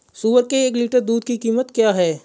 सुअर के एक लीटर दूध की कीमत क्या है?